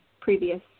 previous